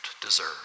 deserve